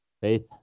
Faith